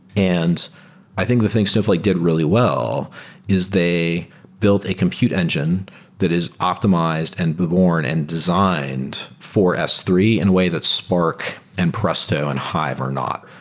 i think the thing snowflake did really well is they built a compute engine that is optimized and worn and designed for s three in a way that spark and presto and hive are not.